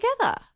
together